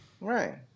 Right